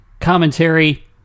commentary